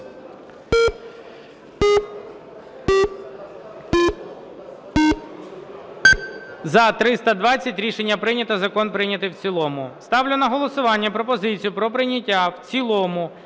За-320 Рішення прийнято. Закон прийнятий в цілому. Ставлю на голосування пропозицію про прийняття в цілому